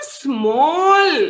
small